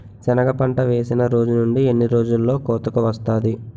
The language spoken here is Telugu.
సెనగ పంట వేసిన రోజు నుండి ఎన్ని రోజుల్లో కోతకు వస్తాది?